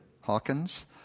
Hawkins